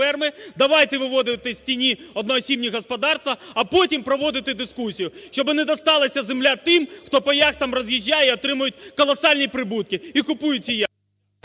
давайте виводити з тіні одноосібні господарства, а потім проводити дискусії, щоби не дісталася земля тим, хто по яхтам роз'їжджає і отримує колосальні прибутки і купують